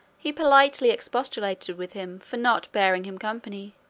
he politely expostulated with him for not bearing him company,